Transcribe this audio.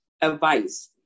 advice